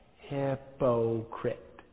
hypocrite